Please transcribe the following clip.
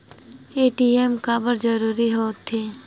ATM काबर जरूरी हो थे?